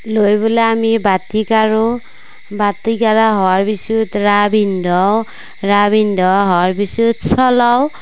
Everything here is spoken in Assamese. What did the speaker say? লৈ পেলাই আমি বাতি কাঢ়ো বাতি কাঢ়া হোৱাৰ পিছত ৰা বিন্ধ ৰা বিন্ধৱা হোৱাৰ পিছত চলাও